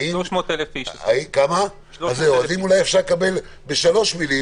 האם אפשר לקבל בשלוש מילים